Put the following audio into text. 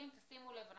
שימו לב,